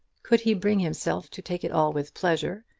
could he bring himself to take it all with pleasure,